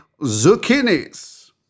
zucchinis